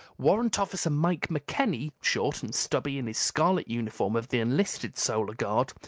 warrant officer mike mckenny, short and stubby in his scarlet uniform of the enlisted solar guard,